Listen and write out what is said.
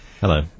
Hello